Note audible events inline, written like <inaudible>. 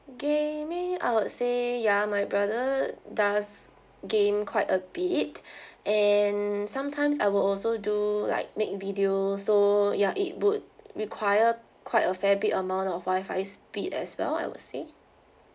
gaming I would say ya my brother does game quite a bit <breath> and sometimes I will also do like make videos so ya it would require quite a fair bit amount of wi-fi speed as well I would say